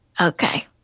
Okay